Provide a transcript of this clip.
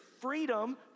freedom